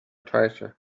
treasure